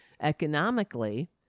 economically